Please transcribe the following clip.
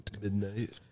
Midnight